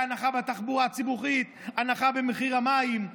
להנחה בתחבורה הציבורית, הנחה במחיר המים.